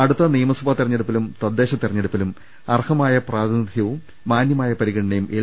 അടുത്ത നിയമസഭാ തെരഞ്ഞെടുപ്പിലും തദ്ദേശ തെരഞ്ഞെ ടുപ്പിലും അർഹമായ പ്രാതിനിധ്യവും മാന്യമായ പരിഗണനയും എൽ